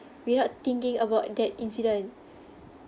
without thinking about that incident